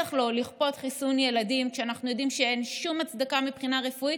בטח לא לכפות חיסון ילדים כשאנחנו יודעים שאין שום הצדקה מבחינה רפואית,